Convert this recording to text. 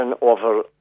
over